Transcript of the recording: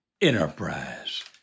enterprise